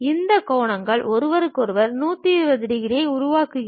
இந்த கோணங்கள் ஒருவருக்கொருவர் 120 டிகிரியை உருவாக்குகின்றன